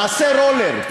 נעשה רולר,